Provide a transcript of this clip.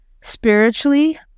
Spiritually